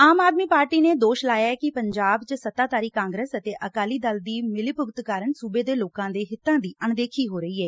ਆਮ Aadmi Party ਨੇ ਦੋਸ਼ ਲਾਇਐ ਕਿ ਪੰਜਾਬ ਚ ਸੱਤਾਧਾਰੀ ਕਾਂਗਰਸ ਅਤੇ ਅਕਾਲੀ ਦਲ ਦੀ ਮਿਲੀਭੁਗਤ ਕਾਰਨ ਸੁਬੇ ਦੇ ਲੋਕਾਂ ਦੇ ਹਿੱਤਾਂ ਦੀ ਅਣਦੇਖੀ ਹੋ ਰਹੀ ਏ